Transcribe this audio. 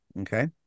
okay